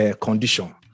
condition